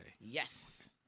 Yes